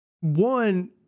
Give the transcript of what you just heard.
one